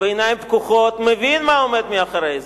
בעיניים פקוחות מבין מה עומד מאחורי זה.